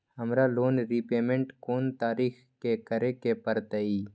हमरा loan repayment कोन तारीख के करे के परतई?